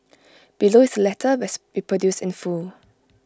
below is the letter best reproduced in full